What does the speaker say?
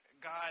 god